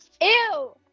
ew